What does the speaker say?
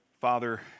Father